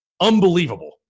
Unbelievable